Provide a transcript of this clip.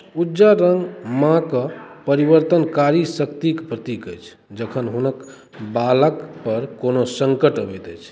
उज्जर रङ्ग माँक परिवर्तनकारी शक्तिक प्रतीक अछि जखन हुनक बालकपर कोनो सङ्कट अबैत अछि